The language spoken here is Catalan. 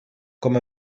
com